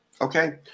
okay